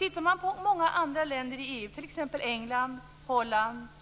I andra EU-länder - i t.ex. England och Holland -